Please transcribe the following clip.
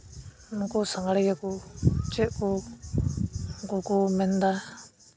ᱱᱩᱠᱩ ᱥᱟᱸᱷᱟᱨᱤᱭᱟᱹ ᱠᱚ ᱪᱮᱫ ᱠᱚ ᱩᱱᱠᱩ ᱠᱚ ᱢᱮᱱᱫᱟ